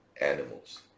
animals